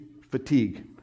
fatigue